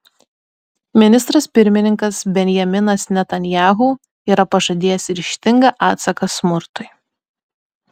ministras pirmininkas benjaminas netanyahu yra pažadėjęs ryžtingą atsaką smurtui